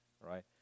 right